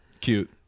Cute